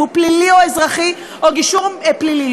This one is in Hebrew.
אם הוא פלילי או אזרחי או גישור פלילי,